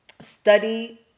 Study